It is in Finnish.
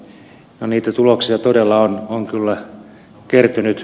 no niitä tuloksia todella on kyllä kertynyt